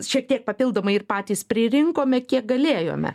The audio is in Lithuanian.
šiek tiek papildomai ir patys pririnkome kiek galėjome